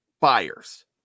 buyers